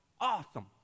awesome